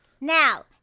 Now